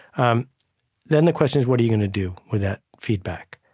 um then the question is, what are you going to do with that feedback?